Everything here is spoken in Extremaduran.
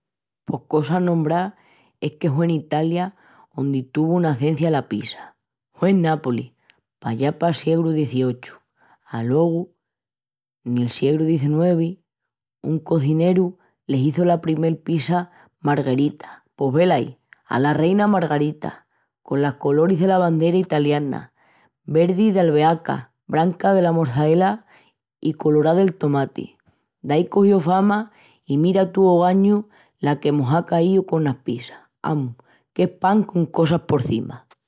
Pos cosa anombrá es que hue en Italia ondi tuvu nacencia la pizza. Hue en Nápolis, pallá pal siegru XVIII. Alogu, nel siegru XIX, un cozineru le hizu la primel pizza Margherita pos, velaí, ala Reina Margarita, colas coloris dela bandera italiana: verdi del'albeaca, branca dela mozzarella i colorá del tomati. Daí cogió fama i mira tú ogañu la que mos á caíu conas pizzas, amus, qu'es pan con cosas porcima.